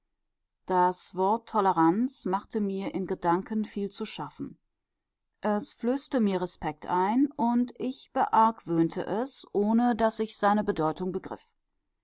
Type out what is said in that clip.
das wort toleranz machte mir in gedanken viel zu schaffen es flößte mir respekt ein und ich beargwöhnte es ohne daß ich seine bedeutung